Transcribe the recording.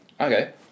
Okay